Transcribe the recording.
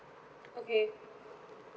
okay